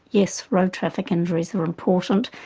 yes, road traffic injuries are important,